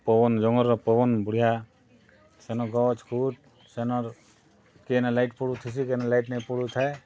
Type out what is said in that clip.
ପବନ୍ ଜଙ୍ଗଲ୍ ର ପବନ୍ ବଢ଼ିଆ ସେନ ଗଛ୍ ଖୁଟ୍ ସେନର୍ କେନେ ଲାଇଟ୍ ପଡ଼ୁଥିସି କେନେ ଲାଇଟ୍ ନାଇଁ ପଡ଼ୁଥାଏ